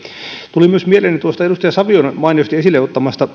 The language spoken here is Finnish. tuli myös mieleeni tuosta edustaja savion mainiosti esille ottamasta